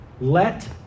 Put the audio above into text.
Let